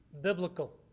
biblical